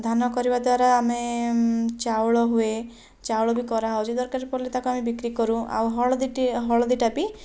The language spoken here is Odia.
ଧାନ କରିବାଦ୍ୱାରା ଆମେ ଚାଉଳ ହୁଏ ଚାଉଳ ବି କରାହେଉଛି ଦରକାର ପଡ଼ିଲେ ତାକୁ ଆମେ ବିକ୍ରି କରୁ ଆଉ ହଳଦିଟିଏ ହଳଦୀଟା ବି